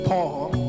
Paul